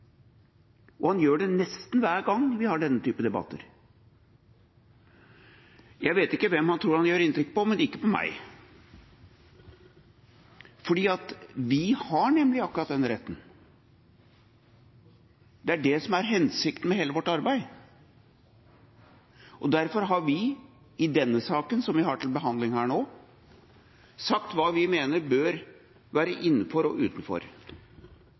og han gjør det nesten hver gang vi har denne typen debatter. Jeg vet ikke hvem han tror han gjør inntrykk på, men det er ikke på meg. Vi har nemlig akkurat den retten. Det er det som er hensikten med hele vårt arbeid. Derfor har vi i denne saken som vi har til behandling her nå, sagt hva vi mener bør være innenfor og utenfor.